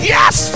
Yes